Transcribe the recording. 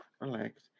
relax